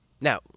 Now